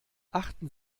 achten